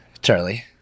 Charlie